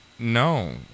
No